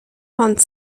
trente